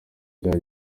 bya